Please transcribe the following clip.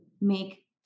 make